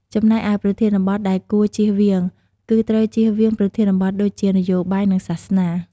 ចំណែកឯ ប្រធានបទដែលគួរជៀសវាង គឺត្រូវជៀសវាងប្រធានបទ ដូចជា នយោបាយ និងសាសនា ។